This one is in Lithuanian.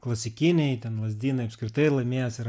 klasikiniai ten lazdynai apskritai laimėjęs ir